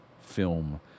film